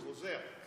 חוזר.